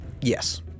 Yes